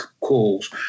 calls